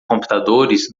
computadores